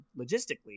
logistically